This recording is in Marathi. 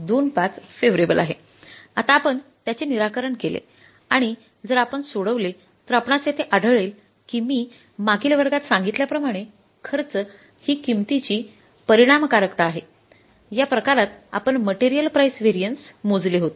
२५ फेव्हरेबल आहे आता आपण त्याचे निराकरण केले आणि जर आपण सोडवले तर आपणास येथे आढळेल की मी मागील वर्गात सांगितल्याप्रमाणे खर्च परिणामकता आहेया प्रकारात आपण मटेरियल प्राईझ व्हॅरियन्स मोजले होते